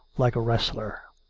like a wrestler.